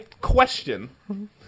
question